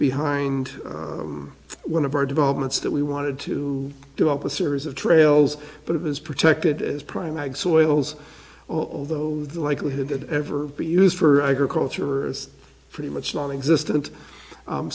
behind one of our developments that we wanted to develop a series of trails but it was protected as prime although the likelihood that ever be used for agriculture is pretty much nonexistent